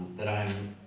that i am,